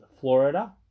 Florida